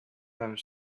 with